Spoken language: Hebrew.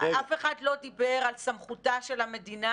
אף אחד לא דיבר על סמכותה של המדינה